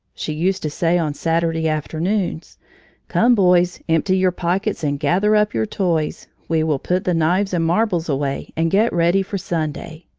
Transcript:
she used to say on saturday afternoons come, boys, empty your pockets and gather up your toys we will put the knives and marbles away and get ready for sunday.